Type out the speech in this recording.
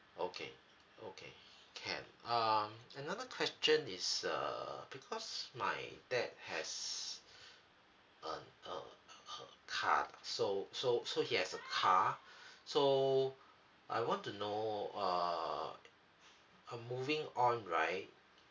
okay okay can um another question is uh because my dad has a a a car so so so he has a car so I want to know err a moving on right